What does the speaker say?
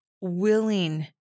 willing